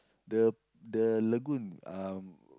the the lagoon um